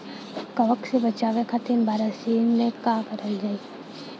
कवक से बचावे खातिन बरसीन मे का करल जाई?